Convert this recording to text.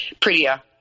Prettier